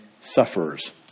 Sufferers